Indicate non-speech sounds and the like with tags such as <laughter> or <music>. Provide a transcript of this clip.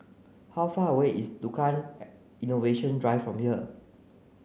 how far away is Tukang <unintelligible> Innovation Drive from here